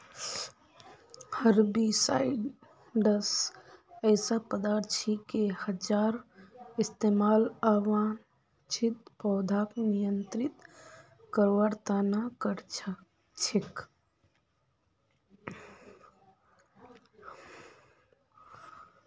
herbicides ऐसा पदार्थ छिके जहार इस्तमाल अवांछित पौधाक नियंत्रित करवार त न कर छेक